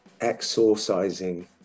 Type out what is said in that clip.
exorcising